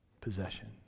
possession